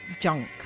junk